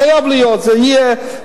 חייב להיות, זה יהיה.